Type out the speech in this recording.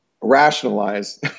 rationalize